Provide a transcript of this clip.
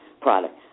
product